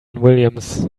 williams